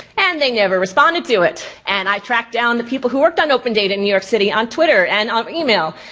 and they never responded to it. and i tracked down the people who worked on open data in new york city on twitter and on e-mail,